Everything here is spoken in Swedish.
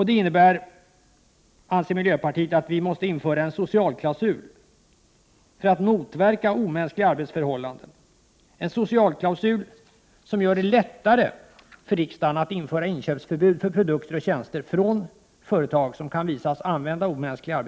Detta, anser miljöpartiet, innebär att vi måste införa en socialklausul för att motverka omänskliga arbetsförhållanden, en socialklausul som gör det lättare för riksdagen att införa inköpsförbud för produkter och tjänster från företag där det kan visas att arbetsförhållandena är omänskliga.